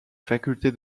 faculté